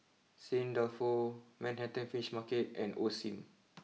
St Dalfour Manhattan Fish Market and Osim